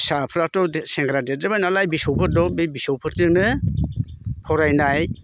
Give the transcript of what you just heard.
फिसाफ्राथ' दे सेंग्रा देरजोबबाय नालाय बिसौफोर दं बे बिसौफोरजोंनो फरायनाय